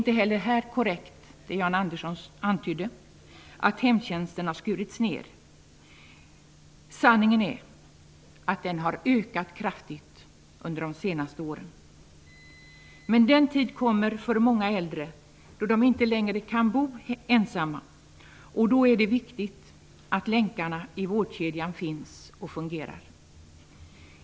Jan Andersson antydde att hemtjänsten har skurits ner, men inte heller det är korrekt. Sanningen är att den har ökat kraftigt i omfattning under de senaste åren. Den tid kommer för många äldre då de inte längre kan bo ensamma, och då är det viktigt att länkarna i vårdkedjan finns och fungerar.